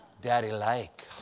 daddy like!